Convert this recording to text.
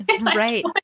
Right